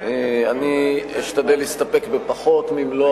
אני אשתדל להסתפק בפחות ממלוא